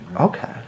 Okay